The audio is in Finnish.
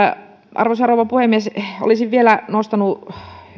arvoisa rouva puhemies olisin vielä nostanut